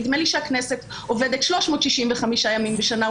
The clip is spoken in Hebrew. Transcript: נדמה לי שהכנסת עובדת 365 ימים בשנה,